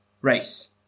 race